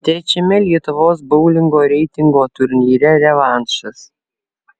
trečiame lietuvos boulingo reitingo turnyre revanšas